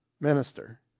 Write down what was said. minister